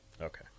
Okay